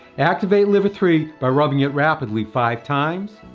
activate liver three by rubbing it rapidly five times.